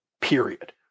Period